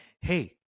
hey